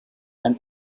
and